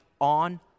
on